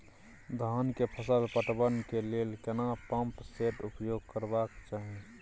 धान के फसल पटवन के लेल केना पंप सेट उपयोग करबाक चाही?